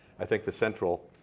i think, the central